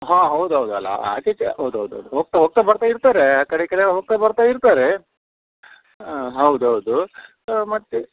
ಹಾಂ ಹೌದು ಹೌದು ಅಲ್ವ ಆಚೆ ಈಚೆ ಹೌದು ಹೌದು ಹೌದು ಹೋಗ್ತಾ ಹೋಗ್ತಾ ಬರ್ತಾ ಇರ್ತಾರೆ ಆ ಕಡೆ ಈ ಕಡೆ ಹೋಗ್ತಾ ಬರ್ತಾ ಇರ್ತಾರೆ ಆಂ ಹೌದು ಹೌದು ಮತ್ತು